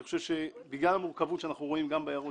אני חושב שבגלל המורכבות שאנחנו רואים גם בהערות